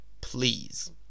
please